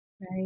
right